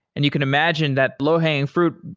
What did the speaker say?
and you can imagine that low hanging fruit,